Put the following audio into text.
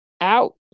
out